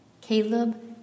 Caleb